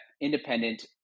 independent